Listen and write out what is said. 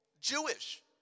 Jewish